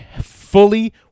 fully